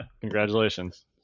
Congratulations